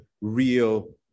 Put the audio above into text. real